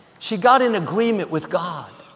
she got in agreement with god.